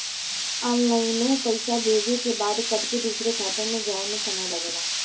ऑनलाइनो पइसा भेजे के बाद कट के दूसर खाते मे जाए मे समय लगला